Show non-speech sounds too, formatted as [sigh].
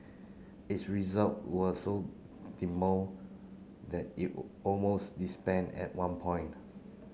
its result were so [unintelligible] that it almost disbanded at one point